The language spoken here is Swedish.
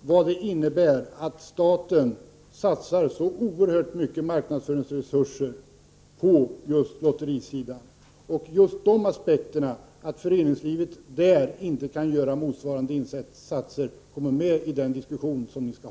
vad det innebär att staten satsar så oerhörda marknadsföringsresurser på lotterisidan. Föreningslivet kan inte göra motsvarande insatser, och det bör vara med i den diskussion som ni skall ha.